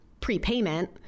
prepayment